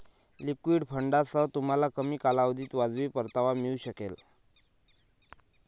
liquid फंडांसह, तुम्हाला कमी कालावधीत वाजवी परतावा मिळू शकेल